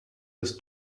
des